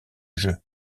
jeu